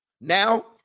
Now